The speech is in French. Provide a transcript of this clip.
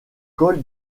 col